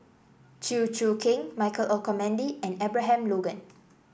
Chew Choo Keng Michael Olcomendy and Abraham Logan